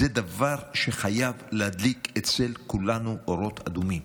זה דבר שחייב להדליק אצל כולנו אורות אדומים.